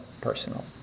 personal